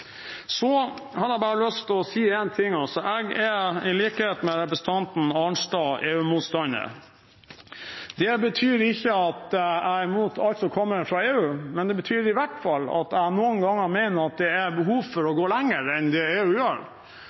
Så har jeg lyst å si én ting: Jeg er, i likhet med representanten Arnstad, EU-motstander. Det betyr ikke at jeg er imot alt som kommer fra EU, men det betyr i hvert fall at jeg noen ganger mener at det er behov for å gå lenger enn EU gjør.